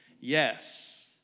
Yes